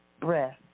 Breath